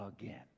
again